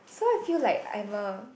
so I feel like I'm a